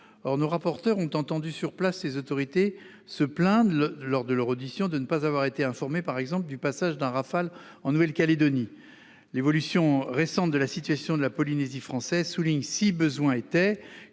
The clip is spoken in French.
Or nos rapporteurs ont entendu sur place les autorités se plaindre, lors de leur audition, de ne pas avoir été informées, par exemple, du passage d'un Rafale en Nouvelle-Calédonie. L'évolution récente de la situation de la Polynésie française souligne, si besoin était,